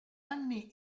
anni